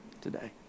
today